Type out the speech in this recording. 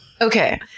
Okay